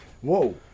whoa